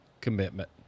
commitment